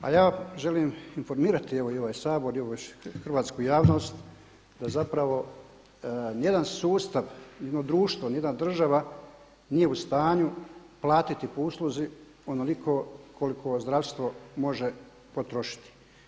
A ja želim informirati evo i ovaj Sabor i ovu hrvatsku javnost da zapravo ni jedan sustav, ni jedno društvo, ni jedna država nije u stanju platiti po usluzi onoliko koliko zdravstvo može potrošiti.